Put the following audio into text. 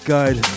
Guide